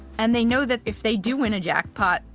and they know that if they do win a jackpot,